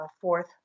fourth